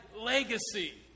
legacy